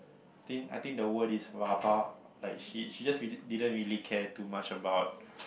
I think I think the word is rabak like she she just re~ didn't really care too much about